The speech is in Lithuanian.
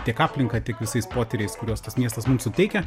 tiek aplinka tiek visais potyriais kuriuos tas miestas mums suteikia